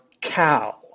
cow